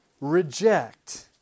reject